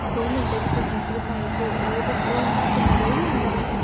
दो मिन्टें च कम्यूटर बनाई च ओह् ते होई जंदा ते मजा बी नेईं औंदा